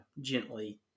gently